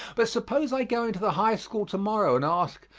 but suppose i go into the high school to-morrow and ask,